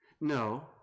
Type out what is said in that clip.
No